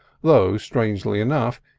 though, strangely enough,